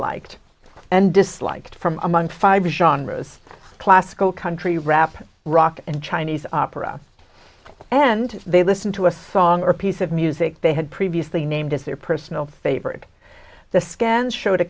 and disliked from among five ish andras classical country rap rock and chinese opera and they listen to a thong or a piece of music they had previously named as their personal favorite the scans showed a